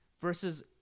Versus